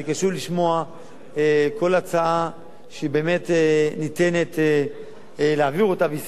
אני קשוב לשמוע כל הצעה שאפשר להעביר אותה,